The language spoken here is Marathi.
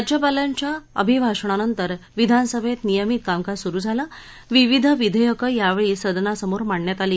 राज्यपालांच्या अभिभाषणानंतर विधानसभेत नियमित कामकाज सुरू झालं विविध विधेयकं यावेळी सदनासमोर मांडण्यात आली